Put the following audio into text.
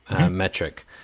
metric